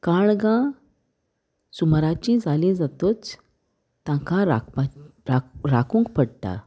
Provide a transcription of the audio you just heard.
काळगां सुमाराची जाली जातूच तांकां राखपा राखूंक राखूंक पडटा